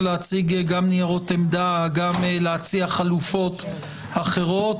להציג ניירות עמדה או להציע חלופות אחרות